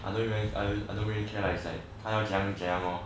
otherwise I don't really care it's like 他要怎样怎样 lor